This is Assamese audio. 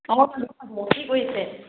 অঁ কি কৰিছে